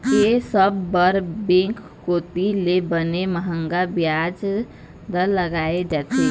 ये सब बर बेंक कोती ले बने मंहगा बियाज दर लगाय जाथे